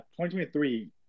2023